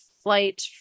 flight